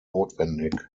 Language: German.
notwendig